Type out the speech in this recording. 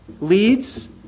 leads